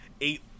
eight